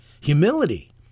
humility